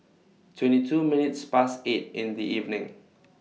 twenty two minutes Past eight in The evening